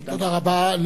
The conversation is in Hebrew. תודה רבה.